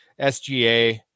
SGA